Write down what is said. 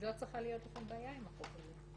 אז לא צריכה להיות בעיה עם החוק הזה.